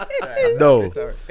no